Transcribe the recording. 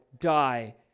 die